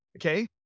okay